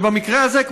ובמקרה הזה,